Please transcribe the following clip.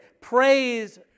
Praise